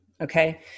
Okay